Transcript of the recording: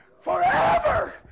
forever